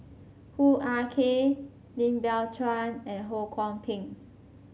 Hoo Ah Kay Lim Biow Chuan and Ho Kwon Ping